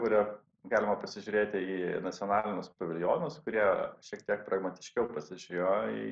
kuria galima pasižiūrėti į nacionalinius paviljonus kurie šiek tiek pragmatiškiau pasižiūrėjo į